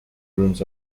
rooms